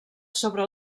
sobre